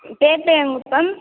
Perperiyan Kuppam